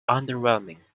underwhelming